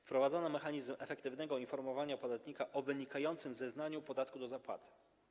Wprowadzono mechanizm efektywnego informowania podatnika o wynikającym z zeznania podatku do zapłaty.